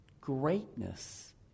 greatness